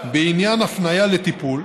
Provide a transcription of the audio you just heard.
בעניין הפניה לטיפול,